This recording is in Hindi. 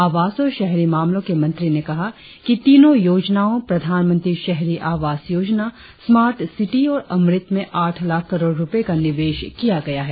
आवास और शहरी मामलों के मंत्री ने कहा कि तीनों योजनाओ प्रधानमंत्री शहरी आवास योजना स्मार्ट सिटी और अमृत में आठ लाख करोंड़ रुपये का निवेश किया गया है